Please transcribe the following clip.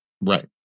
Right